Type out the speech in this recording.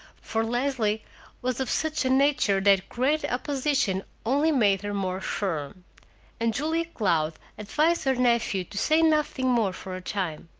for leslie was of such a nature that great opposition only made her more firm and julia cloud advised her nephew to say nothing more for a time.